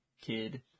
kid